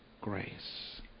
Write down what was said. grace